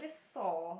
saw